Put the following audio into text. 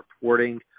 reporting